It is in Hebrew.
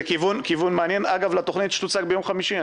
זה כיוון מעניין לתכנית שתוצג ביום חמישי.